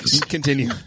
continue